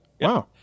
Wow